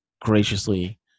graciously